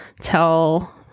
tell